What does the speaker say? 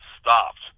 stopped